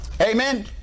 Amen